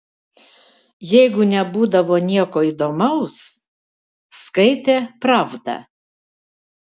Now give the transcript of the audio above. jeigu nebūdavo nieko įdomaus skaitė pravdą